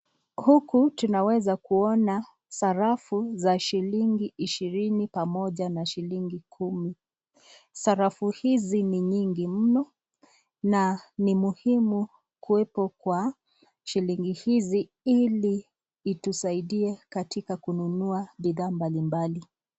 Huku tunaweza kuona sarafu za shillingi ishirini pamoja na shillingi Kumi ,sarafu hizi ni nyingi mno ,na ni muhimu kuwepo kwa shillingi hizi ili itusaidie katika kununua bidhaa mbalimbali.